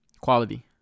Quality